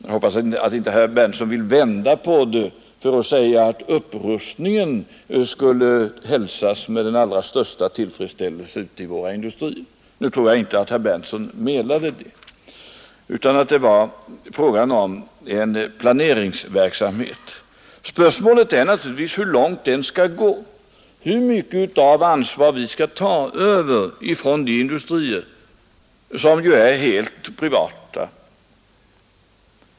Jag hoppas att herr Berndtson inte vill vända på resonemanget och säga att en upprustning skulle hälsas med den allra största tillfredsställelse i våra industrier. Nu tror jag inte att herr Berndtson menade det utan efterlyste en planeringsverksamhet. Spörsmålet är naturligtvis hur långt den skall gå, hur mycket av ansvar vi skall ta över från industriföretagen, som ju är 173 helt privata.